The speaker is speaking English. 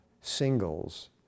singles